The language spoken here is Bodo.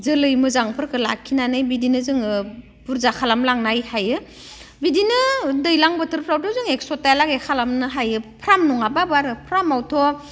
जोलै मोजांफोरखौ लाखिनानै बिदिनो जोङो बुरजा खालामलांनो हायो बिदिनो दैज्लां बोथोरफ्रावथ' जोङो एक्स'थाहालागि खालामनो हायो फार्म नङाबाबो आरो फार्मावथ'